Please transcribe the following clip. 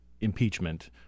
impeachment